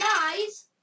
guys